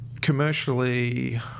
Commercially